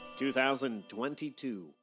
2022